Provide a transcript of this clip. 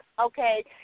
okay